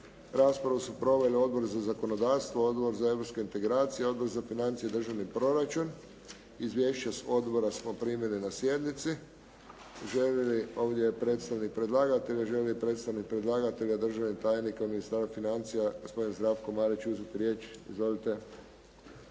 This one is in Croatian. Raspravu su proveli Odbor za zakonodavstvo, Odbor za europske integracije, Odbor za financije i držani proračun. Izvješća odbora smo primili na sjednici. Želi li ovdje predstavnik predlagatelja, želi li predstavnik predlagatelja državni tajnik u Ministarstvu financija gospodin Zdravko Marić uzeti riječ? Izvolite.